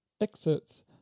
excerpts